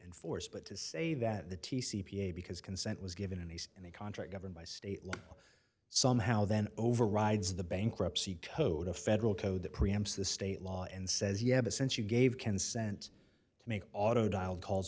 enforced but to say that the t c p a because consent was given and he's in the contract governed by state law somehow then overrides the bankruptcy code of federal code that preempts the state law and says you have a since you gave consent to make auto dial ca